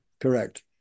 correct